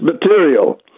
material